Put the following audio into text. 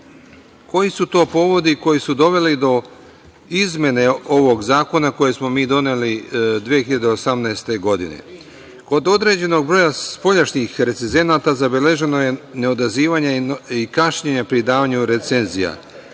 dana. Koji su to povodi koji su doveli do izmene ovog zakona, koje smo mi doneli 2018. godine? Kod određenog broja spoljašnjih recezenata zabeleženo je neodazivanje i kašnjenje pri davanju recenzija.